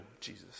Jesus